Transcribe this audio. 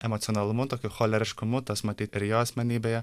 emocionalumu tokiu choleriškumu tas matyt ir jo asmenybėje